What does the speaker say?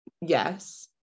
yes